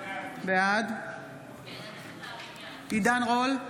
בעד עידן רול,